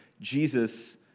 Jesus